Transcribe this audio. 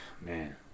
Man